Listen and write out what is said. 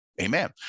Amen